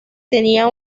tenía